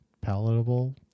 palatable